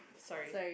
sorry